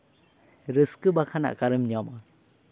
ᱨᱟᱹᱥᱠᱟᱹ ᱵᱟᱠᱷᱟᱱ ᱚᱠᱟᱨᱮᱢ ᱧᱟᱢᱟ